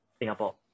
Singapore